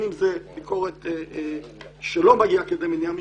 אם זה ביקורת שלא מגיעה כדי מניעה משפטית,